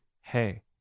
hey